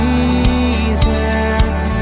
Jesus